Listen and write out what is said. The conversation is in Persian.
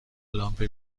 لامپ